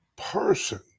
person